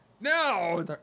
No